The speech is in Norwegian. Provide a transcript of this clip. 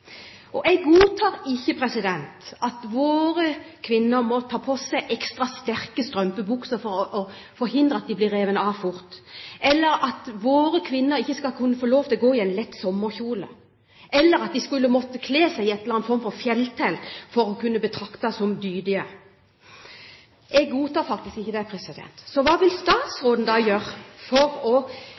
Jeg godtar ikke at våre kvinner må ta på seg ekstra sterke strømpebukser for å forhindre at de blir revet av fort, eller at våre kvinner ikke skal kunne få lov til å gå i en lett sommerkjole, eller at de skal måtte kle seg i en eller annen form for fjelltelt for å kunne betraktes som dydige. Jeg godtar faktisk ikke det. Så hva vil statsråden da gjøre for at slike kvinnefiendtlige holdninger ikke får lov til å